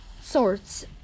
sorts